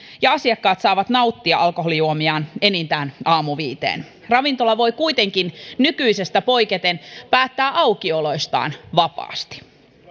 ja asiakkaat saavat nauttia alkoholijuomiaan enintään aamuviiteen ravintola voi kuitenkin nykyisestä poiketen päättää aukioloistaan vapaasti